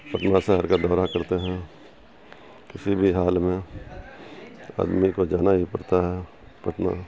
اپنا شہر کا دورہ کرتے ہیں کسی بھی حال میں آدمی کو جانا ہی پڑتا ہے پٹنہ